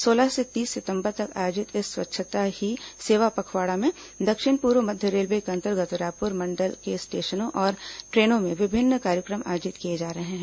सोलह से तीस सितंबर तक आयोजित इस स्वच्छता ही सेवा पखवाड़ा में दक्षिण पूर्व मध्य रेलवे के अंतर्गत रायपुर मंडल के स्टेशनों और ट्रेनों में विभिन्न कार्यक्रम आयोजित किए जा रहे हैं